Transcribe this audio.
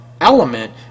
element